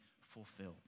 fulfilled